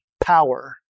power